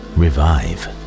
revive